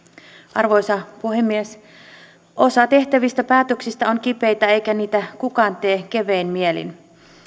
arvoisa puhemies osa tehtävistä päätöksistä on kipeitä eikä niitä kukaan tee kevein mielin